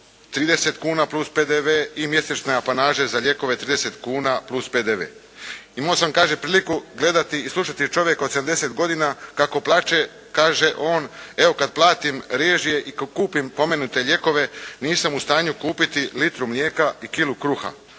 30 kuna plus PDV i mjesečne apanaže za lijekove 30 kuna plus PDV. Imao sam kaže priliku gledati i slušati čovjeka od 70 godina kako plače. Kaže on: «Evo kad platim režije i kad kupim pomenute lijekove nisam u stanju kupiti litru mlijeka i kilu kruha.»